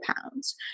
pounds